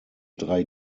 drei